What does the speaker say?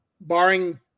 barring